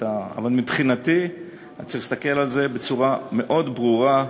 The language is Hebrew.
אבל מבחינתי צריך להסתכל על זה בצורה מאוד ברורה: